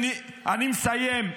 אני מסיים.